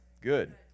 Good